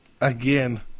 again